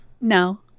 no